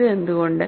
ഇത് എന്തുകൊണ്ട്